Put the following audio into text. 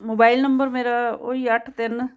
mobile number ਮੇਰਾ ਉਹ ਹੀ ਅੱਠ ਤਿੰਨ